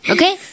Okay